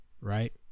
right